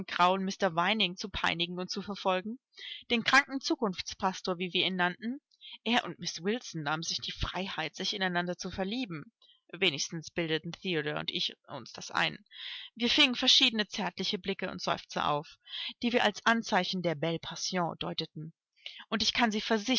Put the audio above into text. mr vining zu peinigen und zu verfolgen den kranken zukunftspastor wie wir ihn nannten er und miß wilson nahmen sich die freiheit sich ineinander zu verlieben wenigstens bildeten theodor und ich uns das ein wir fingen verschiedene zärtliche blicke und seufzer auf die wir als anzeichen der belle passion deuteten und ich kann sie